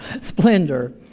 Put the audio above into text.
splendor